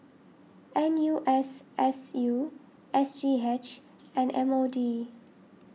N U S S U S G H and M O D